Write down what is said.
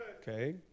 Okay